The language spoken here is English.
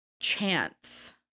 chance